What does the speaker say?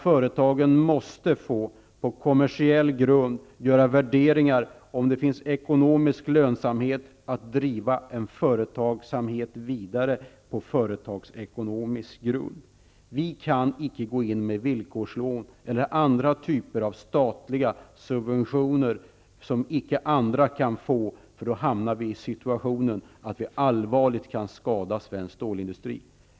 Företagen måste få göra värderingar på kommersiell grund om det finns ekonomisk lönsamhet att driva en företagsamhet vidare. Vi kan icke gå in med villkorslån eller andra typer av statliga subventioner som inte andra kan få. Då hamnar vi i en situation där vi allvarligt kan skada svensk stålindustri.